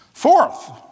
Fourth